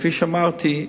כפי שאמרתי,